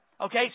Okay